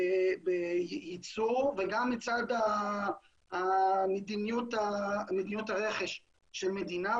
בייצור וגם בצד מדיניות הרכש של מדינה,